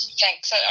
Thanks